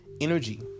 energy